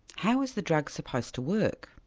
how is the drug supposed to work?